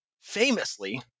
Famously